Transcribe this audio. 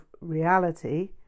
reality